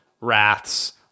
wraths